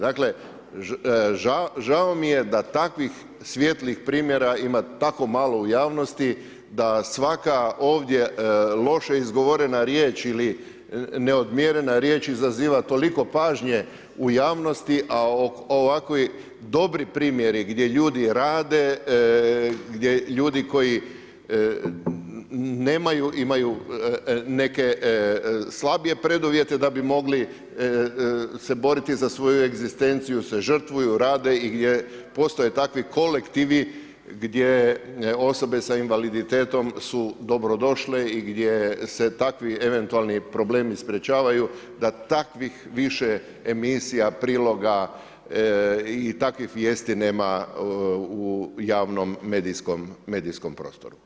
Dakle, žao mi je da takvih svijetlih primjera ima tako malo u javnosti, da svaka ovdje loše izgovorena riječ ili neodmjerena riječ izazova toliko pažnje u javnosti, a ovakvi dobri primjeri gdje ljudi rade, gdje ljudi koji nemaju, imaju neke slabije preduvjete da bi mogli se boriti za svoju egzistenciju, žrtvuju, rade, i gdje postoje takvi kolektivi gdje osobe s invaliditetom su dobrodošle i gdje se takvi eventualni problemi sprečavaju, da takvih više emisija, priloga i takvih vijesti nema u javnom medijskom prostoru.